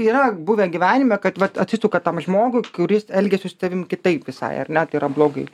yra buvę gyvenime kad vat atsisuka tam žmogui kuris elgiasi su tavim kitaip visai ar ne tai yra blogai